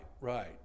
right